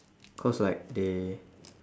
cause like they